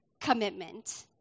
commitment